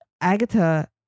Agatha